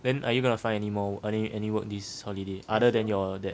then are you gonna find anymore any any work this holiday other than your that